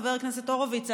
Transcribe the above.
חבר הכנסת הורוביץ,